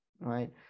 right